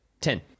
Ten